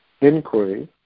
inquiry